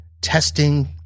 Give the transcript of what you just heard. testing